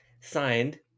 signed